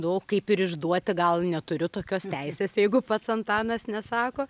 nu kaip ir išduoti gal neturiu tokios teisės jeigu pats antanas nesako